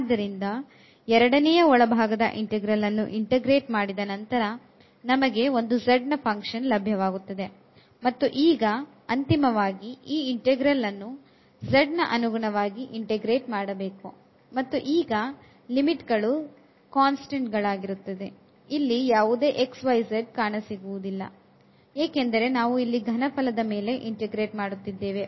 ಆದ್ದರಿಂದ ಎರಡನೆಯ ಒಳಭಾಗದ ಇಂಟೆಗ್ರಲ್ ಅನ್ನು integrate ಮಾಡಿದ ನಂತರ ನಮಗೆ ಒಂದು z ನ ಫಂಕ್ಷನ್ ಲಭ್ಯವಾಗುತ್ತದೆ ಮತ್ತು ಈಗ ಅಂತಿಮವಾಗಿ ಈ ಇಂಟೆಗ್ರಲ್ ಅನ್ನು z ನ ಅನುಗುಣವಾಗಿ integrate ಮಾಡಬೇಕು ಮತ್ತು ಈಗ ಲಿಮಿಟ್ ಗಳು ಸ್ಥಿರಾಂಕ ಗಳಾಗಿರುತ್ತದೆ ಇಲ್ಲಿ ಯಾವುದೇ xyz ಕಾಣಸಿಗುವುದಿಲ್ಲ ಏಕೆಂದರೆ ನಾವು ಇಲ್ಲಿ ಘನಫಲದ ಮೇಲೆ ಇಂಟಿಗ್ರೇಟೆ ಮಾಡುತ್ತಿದ್ದೇವೆ